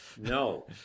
No